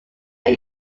when